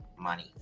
money